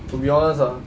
to be honest ah